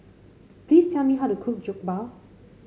please tell me how to cook Jokbal